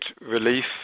relief